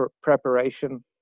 preparation